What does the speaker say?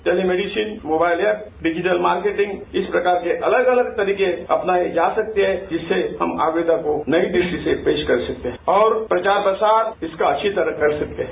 tele medicine mobile app या digital marketing इस प्रकार के अलग अलग तरीके अपनाए जा सकते हैं जिससे हम आर्यूवेदा को नई दृष्टि से पेश कर सकते हैं और प्रचार प्रसार इसका अच्छी तरह कर सकते हैं